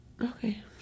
Okay